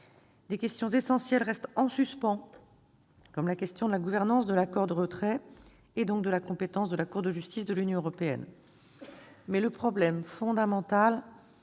des questions essentielles restent en suspens, telle la gouvernance de l'accord de retrait et, donc, de la compétence de la Cour de justice de l'Union européenne. Le problème fondamental